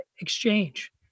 exchange